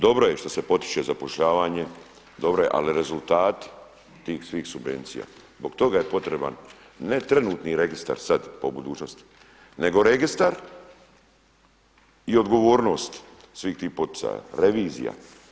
Dobro je što se potiče zapošljavanje, dobro je ali rezultati tih svih subvencija zbog toga je potreban ne trenutni registar sad pa u budućnosti, nego registar i odgovornost svih tih poticaja, revizija.